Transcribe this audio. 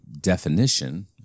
definition